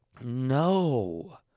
No